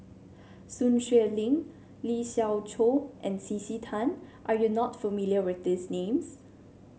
Sun Xueling Lee Siew Choh and C C Tan are you not familiar with these names